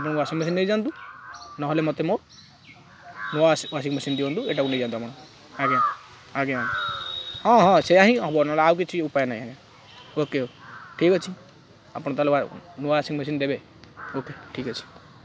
ଆପଣ washing machine ନେଇଯାଆନ୍ତୁ ନହେଲେ ମତେ ମୋ ନୂଆ ୱାସିଂ ମେସିନ୍ ଦିଅନ୍ତୁ ଏଟାକୁ ନେଇଯାଆନ୍ତୁ ଆପଣ ଆଜ୍ଞା ଆଜ୍ଞା ହଁ ହଁ ସେୟା ହିଁ ହେବ ନହେଲେ ଆଉ କିଛି ଉପାୟ ନାହିଁ ଆଜ୍ଞା ଓକେ ଠିକ୍ ଅଛି ଆପଣ ତାହେଲେ ନୂଆ ୱାସିଂ ମେସିନ୍ ଦେବେ ଓକେ ଠିକ୍ ଅଛି